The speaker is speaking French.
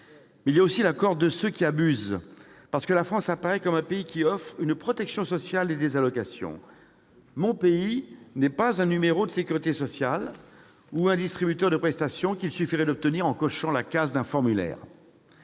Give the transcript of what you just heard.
otage. Il y a aussi la cohorte de ceux qui abusent, parce que la France apparaît comme un pays qui offre une protection sociale et des allocations. Mon pays n'est pas un numéro de sécurité sociale ou un distributeur de prestations qu'il suffirait d'obtenir en cochant la case d'un formulaire